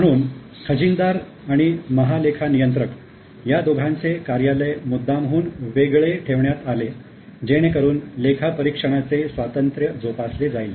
म्हणून खजिनदार आणि महालेखानियन्त्रक या दोघांचे कार्यालय मुद्दामहून वेगळे ठेवण्यात आले जेणेकरून लेखापरीक्षणाचे स्वातंत्र्य जोपासले जाईल